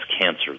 cancer